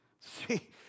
See